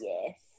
Yes